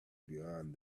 beyond